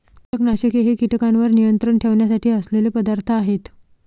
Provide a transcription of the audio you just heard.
कीटकनाशके हे कीटकांवर नियंत्रण ठेवण्यासाठी असलेले पदार्थ आहेत